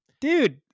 dude